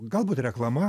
galbūt reklama